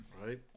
Right